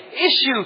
issue